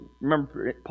remember